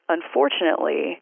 Unfortunately